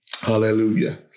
Hallelujah